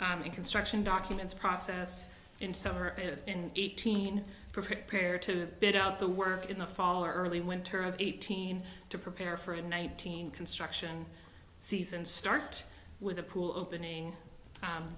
and construction documents process in summer and in eighteen prepare to bid out the work in the fall or early winter of eighteen to prepare for a nineteen construction season start with a pool opening